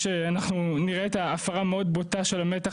אנחנו נראה את ההפרה המאוד בוטה של המתח